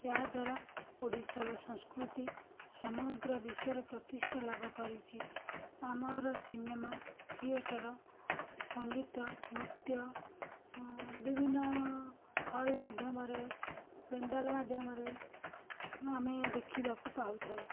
ଏହାଦ୍ୱାରା ଓଡ଼ିଶାର ସଂସ୍କୃତି ସମଗ୍ର ବିଶ୍ୱରେ ପ୍ରତିଷ୍ଠାଲାଭ କରିଛି ଆମର ସିନେମା ଥିଏଟର ସଙ୍ଗୀତ ନୃତ୍ୟ ଅଁ ବିଭିନ୍ନ ହଲ ମାଧ୍ୟମରେ ପେଣ୍ଡାଲ ମାଧ୍ୟମରେ ଆମେ ଦେଖିବାକୁ ପାଉଥାଉ